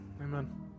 Amen